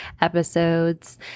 episodes